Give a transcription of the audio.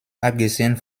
abgesehen